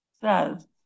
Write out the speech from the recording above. says